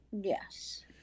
Yes